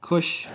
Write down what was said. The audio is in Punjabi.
ਖੁਸ਼